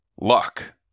luck